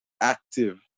active